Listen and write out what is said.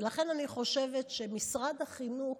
ולכן, אני חושבת שמשרד החינוך,